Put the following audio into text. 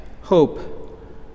Hope